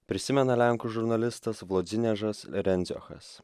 prisimena lenkų žurnalistas vlodzimiežas rendziochas